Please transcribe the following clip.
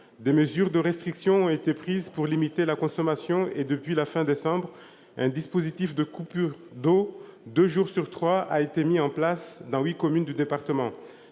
Des mesures de restrictions ont été prises pour limiter la consommation et, depuis la fin du mois de décembre dernier, un dispositif de coupures d'eau deux jours sur trois a été mis en place dans huit communes du département.